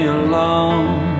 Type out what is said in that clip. alone